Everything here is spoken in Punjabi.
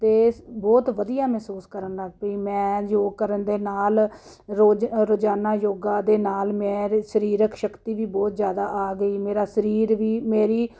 ਅਤੇ ਬਹੁਤ ਵਧੀਆ ਮਹਿਸੂਸ ਕਰਨ ਲੱਗ ਪਈ ਮੈਂ ਯੋਗ ਕਰਨ ਦੇ ਨਾਲ ਰੋਜ਼ ਰੋਜ਼ਾਨਾ ਯੋਗਾ ਦੇ ਨਾਲ ਮੇਰੇ ਸਰੀਰਕ ਸ਼ਕਤੀ ਵੀ ਬਹੁਤ ਜ਼ਿਆਦਾ ਆ ਗਈ ਮੇਰਾ ਸਰੀਰ ਵੀ ਮੇਰੀ